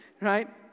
right